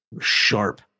sharp